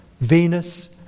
Venus